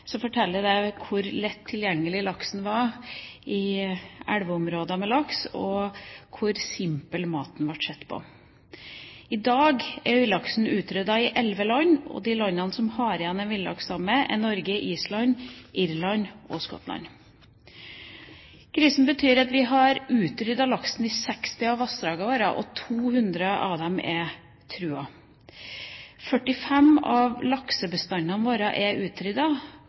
forteller hvor lett tilgjengelig laksen var i visse elveområder, og hvor simpel den ble sett på som mat. I dag er villaksen utryddet i elleve land. De landene som har igjen en villaksstamme, er Norge, Island, Irland og Skottland. Krisen betyr at vi har utryddet laksen i 60 av vassdragene våre, og 200 er truet. 45 av laksebestandene våre er